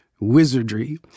wizardry